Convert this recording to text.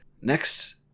next